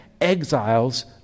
exiles